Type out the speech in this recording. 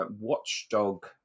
watchdog